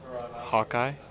Hawkeye